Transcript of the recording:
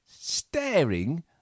Staring